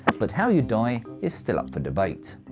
but how you'd die is still up for debate.